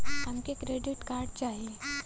हमके credit card चाही